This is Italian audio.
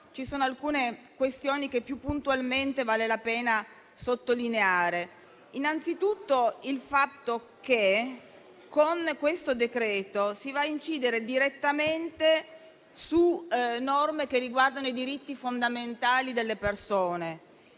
ci sono alcune questioni che più puntualmente vale la pena sottolineare. Innanzitutto vi è il fatto che con questo decreto si va a incidere direttamente su norme che riguardano i diritti fondamentali delle persone